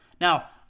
now